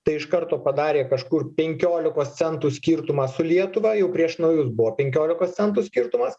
tai iš karto padarė kažkur penkiolikos centų skirtumą su lietuva jau prieš naujus buvo penkiolikos centų skirtumas